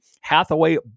Hathaway